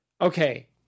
okay